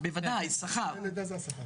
הונאת הכשרות של השר כהנא ביחד עם שר האוצר.